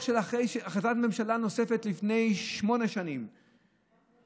החלטת ממשלה נוספת לפני שמונה שנים,